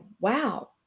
wow